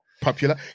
popular